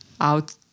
out